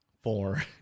four